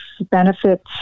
benefits